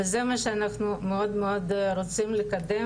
זה מה שאנחנו רוצים לקדם,